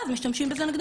אחר כך משתמשים בזה נגדם.